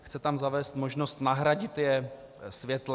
Chce tam zavést možnost nahradit je světlem.